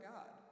God